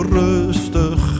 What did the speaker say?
rustig